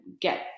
get